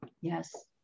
Yes